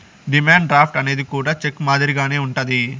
demand draft అనేది కూడా cheque మాదిరిగానే ఉంటది